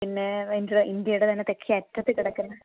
പിന്നെ ഇൻ ഇൻഡ്യയുടെ തന്നെ തെക്കേ അറ്റത്ത് കിടക്കുന്ന